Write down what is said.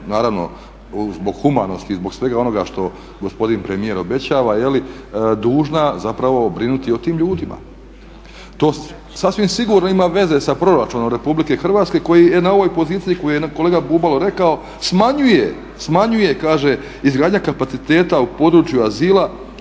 naravno zbog humanosti i zbog svega onoga što gospodin premijer obećava jel' dužna zapravo brinuti o tim ljudima. To sasvim sigurno ima veze sa proračunom RH koji je na ovoj poziciji koju je kolega Bubalo rekao smanjuje kaže, izgradnja kapaciteta u području azila